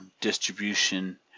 distribution